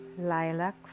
lilac